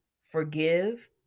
forgive